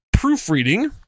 proofreading